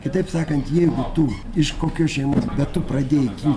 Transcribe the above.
kitaip sakant jeigu tu iš kokios šeimos bet tu pradėjai kilt